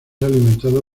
alimentado